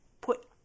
put